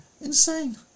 Insane